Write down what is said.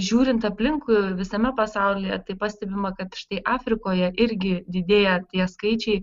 žiūrint aplinkui visame pasaulyje tai pastebima kad štai afrikoje irgi didėja tie skaičiai